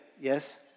Yes